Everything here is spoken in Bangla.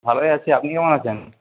ভালোই আছি আপনি কেমন আছেন